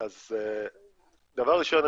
דבר ראשון,